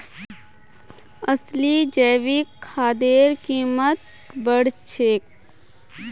असली जैविक खादेर कीमत बढ़ छेक